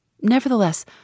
Nevertheless